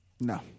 No